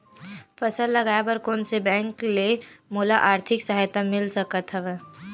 फसल लगाये बर कोन से बैंक ले मोला आर्थिक सहायता मिल सकत हवय?